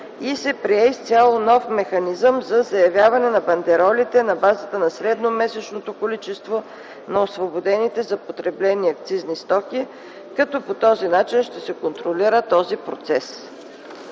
и се прие изцяло нов механизъм за заявяване на бандеролите на базата на средномесечното количество на освободените за потребление акцизни стоки, като по този начин ще се контролира този процес.